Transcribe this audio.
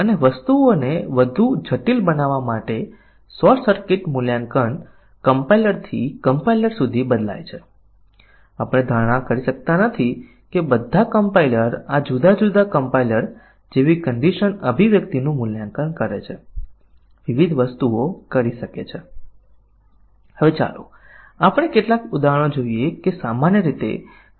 પરંતુ જેમ મેં મોટા પ્રોગ્રામ્સ માટે કહ્યું છે તેમ નિવેદન કવરેજ પ્રાપ્ત કરવા માટે આપણે ખરેખર પરીક્ષણના કેસોની રચના કરતા નથી આપણે રેન્ડમ ઇનપુટ આપીએ છીએ અને કવરેજ શું પ્રાપ્ત કર્યું છે તે તપાસવાનું ચાલુ રાખીએ છીએ